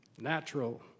natural